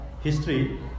history